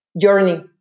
journey